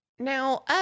Now